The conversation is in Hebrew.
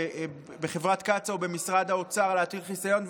בחברת קצא"א או במשרד האוצר להטיל חיסיון,